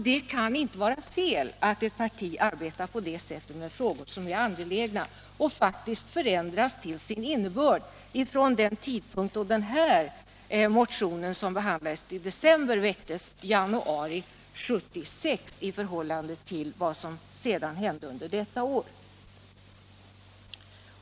Det kan inte vara fel att ett parti arbetar på det sättet med en fråga som är angelägen och som faktiskt, med hänsyn till vad som hände under 1976, förändrats till sin innebörd från den tidpunkt då motionen väcktes i januari fram till dess att den behandlades i december.